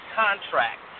contract